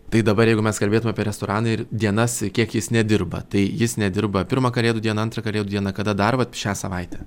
tai dabar jeigu mes kalbėtume apie restoraną ir dienas kiek jis nedirba tai jis nedirba pirmą kalėdų dieną antrą kalėdų dieną kada dar vat šią savaitę